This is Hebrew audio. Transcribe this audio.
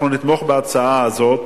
אנחנו נתמוך בהצעה הזאת,